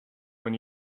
when